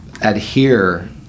adhere